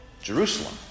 Jerusalem